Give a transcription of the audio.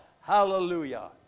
Hallelujah